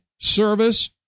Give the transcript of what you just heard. Service